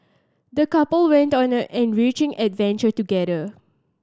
the couple went on an enriching adventure together